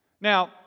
Now